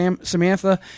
Samantha